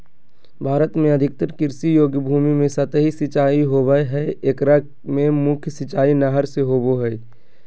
भारत में अधिकतर कृषि योग्य भूमि में सतही सिंचाई होवअ हई एकरा मे मुख्य सिंचाई नहर से होबो हई